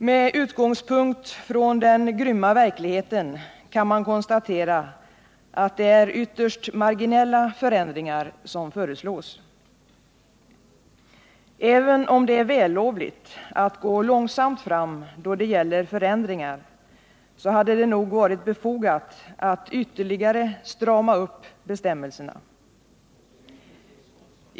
Med utgångspunkt i den grymma verkligheten kan man konstatera att det är ytterst marginella förändringar som föreslås. Även om det är vällovligt att gå långsamt fram då det gäller förändringar hade det nog varit befogat att ytterligare strama upp bestämmelserna.